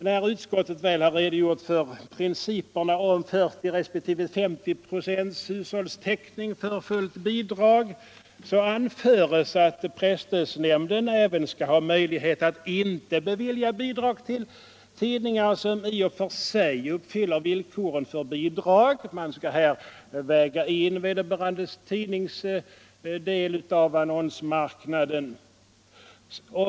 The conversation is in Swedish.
När utskottet väl har redogjort för principerna om 40 resp. 50 26 hushållstäckning för fullt bidrag anföres att presstödsnämnden även skall ha möjlighet att inte bevilja bidrag till tidningar som i och för sig uppfyller villkoren för bidrag. Man skall här väga in vederbörande tidnings del av annonsmarknaden.